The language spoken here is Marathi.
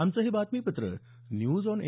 आमचं हे बातमीपत्र न्यूज ऑन ए